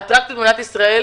האטרקציות במדינת ישראל,